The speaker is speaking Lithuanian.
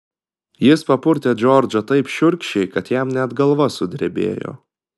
jis papurtė džordžą taip šiurkščiai kad jam net galva sudrebėjo